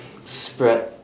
spread